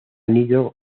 nido